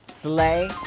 slay